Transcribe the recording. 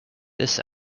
this